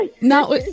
Now